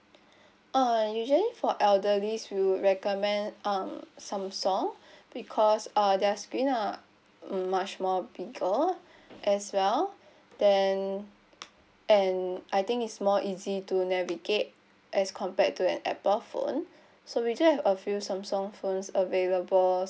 uh usually for elderly we'll recommend um Samsung because uh their screen are mm much more bigger as well then and I think it's more easy to navigate as compared to an Apple phone so we do have a few Samsung phones available